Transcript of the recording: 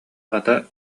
хата